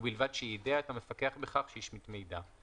ובלבד שיידע את המפקח בכך שהשמיט מידע.